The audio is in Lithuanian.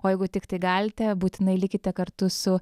o jeigu tiktai galite būtinai likite kartu su